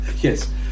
Yes